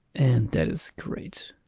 and that is great.